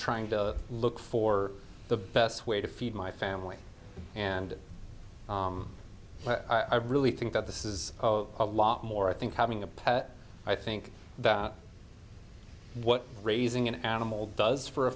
trying to look for the best way to feed my family and i really think that this is a lot more i think having a pet i think that what raising an animal does for a